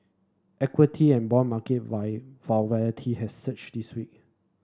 equity and bond market has surged this week